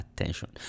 attention